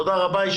תודה רבה.